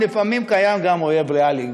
לפעמים קיים גם אויב ריאלי,